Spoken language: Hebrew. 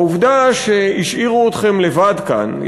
העובדה שהשאירו אתכם לבד כאן,